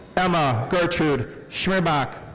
emma gertrude schmerbach.